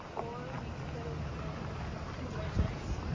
or we could've been conjoined twins.